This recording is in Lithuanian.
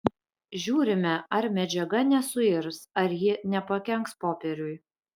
žiūrime ar medžiaga nesuirs ar ji nepakenks popieriui